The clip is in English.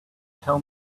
tell